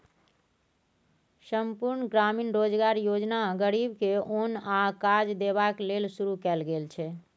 संपुर्ण ग्रामीण रोजगार योजना गरीब के ओन आ काज देबाक लेल शुरू कएल गेल छै